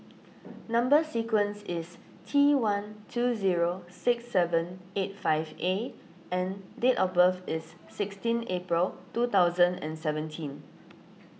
Number Sequence is T one two zero six seven eight five A and date of birth is sixteen April two thousand and seventeen